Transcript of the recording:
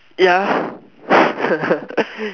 ya